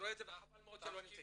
חבל מאוד שלא נמצאים.